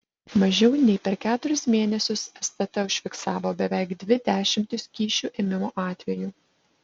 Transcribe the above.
mažiau nei per keturis mėnesius stt užfiksavo beveik dvi dešimtis kyšių ėmimo atvejų